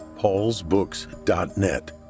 paulsbooks.net